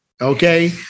okay